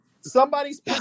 Somebody's